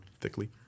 thickly